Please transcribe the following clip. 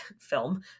film